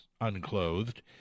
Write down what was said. unclothed